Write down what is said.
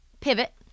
pivot